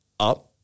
up